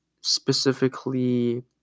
specifically